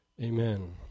Amen